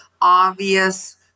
obvious